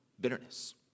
bitterness